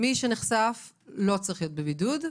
מי שנחשף לא צריך להיות בבידוד.